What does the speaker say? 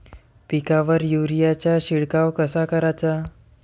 पिकावर युरीया चा शिडकाव कसा कराचा?